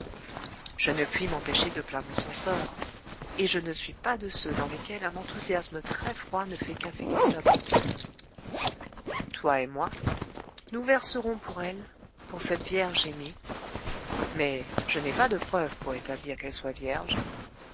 je ne puis m'empêcher de plaindre son sort et je ne suis pas de ceux dans lesquels un enthousiasme très froid ne fait qu'affecter la bonté toi et moi nous verserons pour elle pour cette vierge aimée